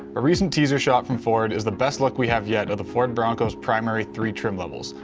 a recent teaser shot from ford is the best luck we have yet of the ford bronco's primary three trim levels,